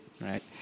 right